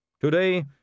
Today